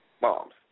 Bombs